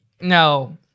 No